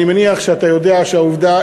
אני מניח שאתה יודע שהעובדה,